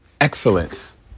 excellence